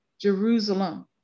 Jerusalem